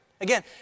Again